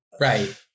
Right